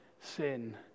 sin